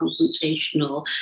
confrontational